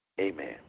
Amen